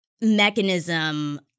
mechanism